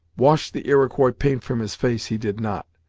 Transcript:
wash the iroquois paint from his face, he did not,